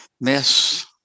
miss